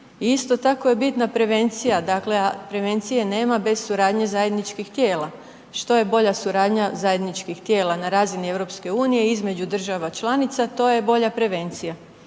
isto tako je bitna prevencija. Dakle, prevencije nema bez suradnje zajedničkih tijela. Što je bolja suradnja zajedničkih tijela na razini EU između država članica to je bolja prevencija.